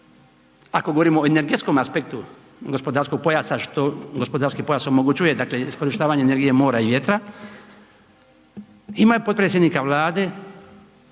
ako govorimo o energetskom aspektu gospodarskog pojasa što gospodarski pojas omogućuje, dakle, iskorištavanje energije, mora i vjetra, imao je potpredsjednika Vlade,